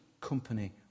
company